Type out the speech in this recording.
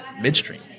Midstream